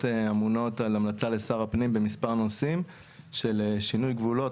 אמונות על המלצה לשר הפנים במספר נושאים של שינוי גבולות,